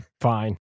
fine